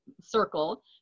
circle